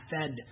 fed